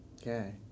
okay